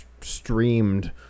streamed